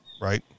right